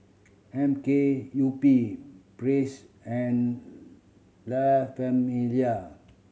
M K U P Press and La Famiglia